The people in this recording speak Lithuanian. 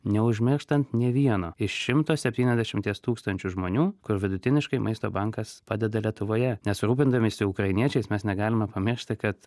neužmirštant nė vieno iš šimto septyniasdešimties tūkstančių žmonių kur vidutiniškai maisto bankas padeda lietuvoje nes rūpindamiesi ukrainiečiais mes negalime pamiršti kad